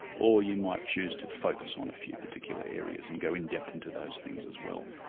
or you might choose to focus on a few particular areas and go in depth into those things as well.